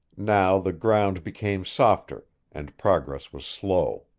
now the ground became softer, and progress was slow.